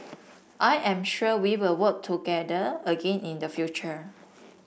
I am sure we will work together again in the future